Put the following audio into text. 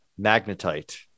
magnetite